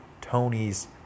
Tony's